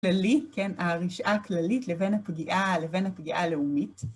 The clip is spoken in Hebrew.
כללי, כן, הרישעה הכללית לבין הפגיעה, לבין הפגיעה הלאומית.